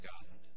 God